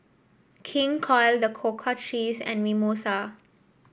King Koil The Cocoa Trees and Mimosa